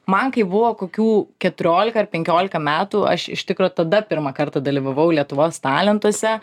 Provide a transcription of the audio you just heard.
man kai buvo kokių keturiolika ar penkiolika metų aš iš tikro tada pirmą kartą dalyvavau lietuvos talentuose